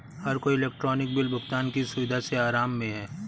हर कोई electronic bill भुगतान की सुविधा से आराम में है